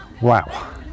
Wow